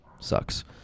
Sucks